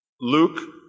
Luke